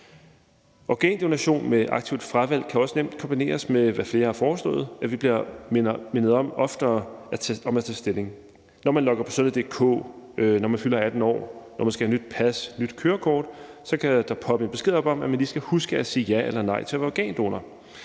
Organdonation med et aktivt fravalg kan, hvad flere også har foreslået, også nemt kombineres med, at vi oftere bliver mindet om at tage stilling. Når man logger på sundhed.dk, når man fylder 18 år, når man skal have et nyt pas, et nyt kørekort, så kan der poppe en besked op om, at man lige skal huske at sige ja eller nej til at være organdonor,